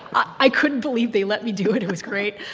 i couldn't believe they let me do it. it was great.